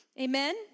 Amen